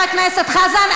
חבר הכנסת חזן,